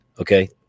okay